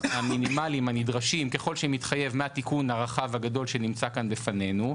המינימליים הנדרשים ככל שמתחייב מהתיקון הרחב והגדול שנמצא כאן בפנינו,